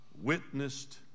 witnessed